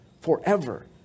forever